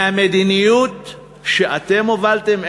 מהמדיניות שאתם הובלתם?